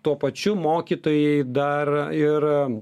tuo pačiu mokytojai dar ir